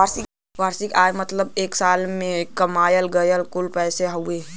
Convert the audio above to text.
वार्षिक आय क मतलब एक साल में कमायल गयल कुल पैसा हउवे